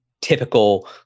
typical